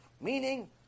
Meaning